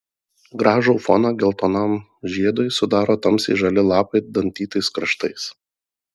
gražų foną geltonam žiedui sudaro tamsiai žali lapai dantytais kraštais